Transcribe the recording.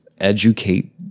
educate